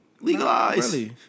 Legalize